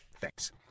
Thanks